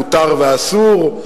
מותר ואסור,